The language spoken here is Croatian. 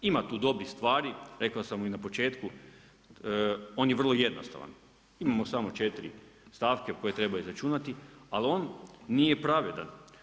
Ima tu dobrih stvari, rekao sam i na početku, on je vrlo jednostavan, imamo samo 4 stavke koje treba izračunati, ali on nije pravedan.